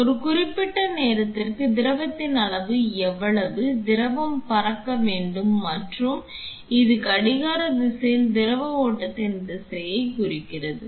எனவே ஒரு குறிப்பிட்ட நேரத்திற்கு திரவத்தின் அளவு எவ்வளவு திரவம் பறக்க வேண்டும் மற்றும் இது கடிகார திசையில் திரவ ஓட்டத்தின் திசையைக் குறிக்கிறது